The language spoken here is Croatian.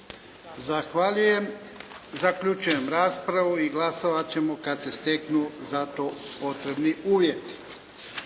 Zahvaljujem. Zaključujem raspravu i glasovat ćemo kad se steknu za to potrebni uvjeti.